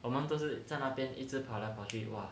我们都是在那边一直跑来跑去哇